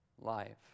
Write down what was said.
life